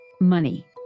Money